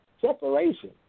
Separation